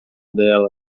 dela